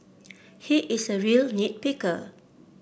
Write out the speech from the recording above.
he is a real nit picker